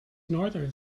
northern